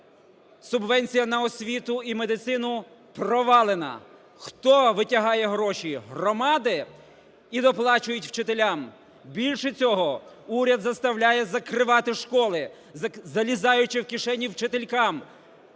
Субвенція на освіту і медицину провалена. Хто витягає гроші? Громади і доплачують вчителям. Більше цього, уряд заставляє закривати школи, залізаючи в кишені вчителькам,